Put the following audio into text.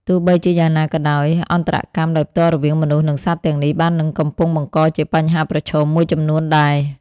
ទោះបីជាយ៉ាងណាក៏ដោយ អន្តរកម្មដោយផ្ទាល់រវាងមនុស្ស និងសត្វទាំងនេះ បាននិងកំពុងបង្កជាបញ្ហាប្រឈមមួយចំនួនដែរ។